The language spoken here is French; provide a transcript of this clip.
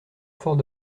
fort